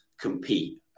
compete